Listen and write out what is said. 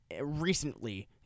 recently